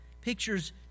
pictures